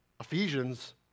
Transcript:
Ephesians